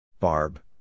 Barb